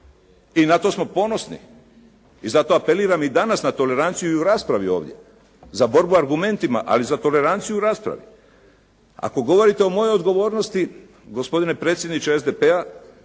i na to smo ponosni. I zato apeliram i danas na toleranciju i u raspravi ovdje, za borbu argumentima, ali za toleranciju u raspravi. Ako govorite o mojoj odgovornosti, gospodine predsjedniče SDP-a,